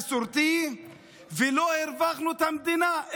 המבנה המסורתי ולא הרווחנו את המדינה.